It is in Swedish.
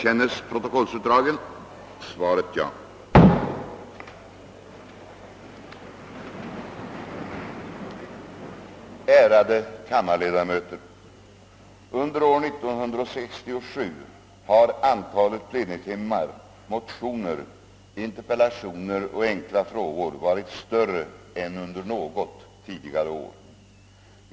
Ärade kammarledamöter! Under år 1967 har antalet plenitimmar, motioner, interpellationer och enkla frågor varit större än under något tidigare år.